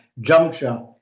juncture